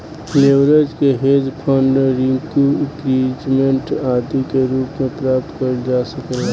leverage के hedge fund renew increment आदि के रूप में प्राप्त कईल जा सकेला